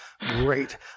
great